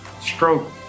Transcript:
stroke